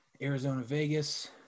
Arizona-Vegas